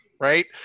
right